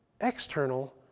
external